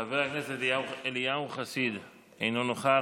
חבר הכנסת אליהו חסיד, אינו נוכח,